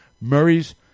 Murray's